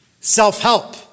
self-help